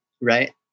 right